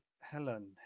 helen